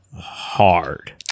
hard